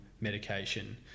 medication